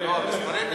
מאה אחוז.